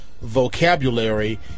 vocabulary